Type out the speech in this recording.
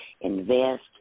invest